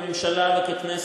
הממשלה והכנסת,